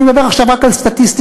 אני מדבר עכשיו רק על סטטיסטיקה,